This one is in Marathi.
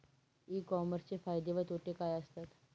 ई कॉमर्सचे फायदे व तोटे काय असतात?